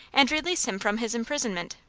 and release him from his imprisonment.